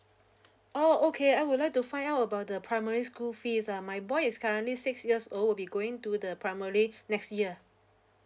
oh okay I would like to find out about the primary school fees ah my boy is currently six years old will be going to the primary next year